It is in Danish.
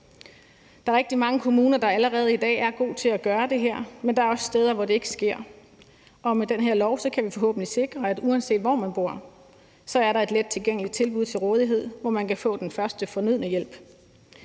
Der er rigtig mange kommuner, der allerede i dag er gode til at gøre det her, men der er også steder, hvor det ikke sker. Med den her lov kan vi forhåbentlig sikre, at der, uanset hvor man bor, er et lettilgængeligt tilbud til rådighed, hvor man kan få den første fornødne hjælp.